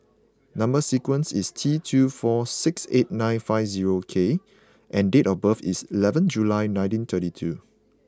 number sequence is T two four six eight nine five zero K and date of birth is eleventh July nineteen thirty two